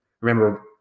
Remember